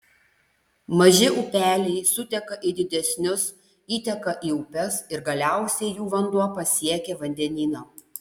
maži upeliai suteka į didesnius įteka į upes ir galiausiai jų vanduo pasiekia vandenyną